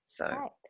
Right